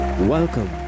Welcome